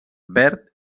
verd